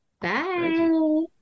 Bye